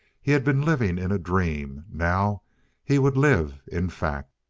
he had been living in a dream. now he would live in fact.